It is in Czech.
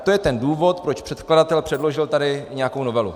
To je ten důvod, proč předkladatel předložil tady nějakou novelu.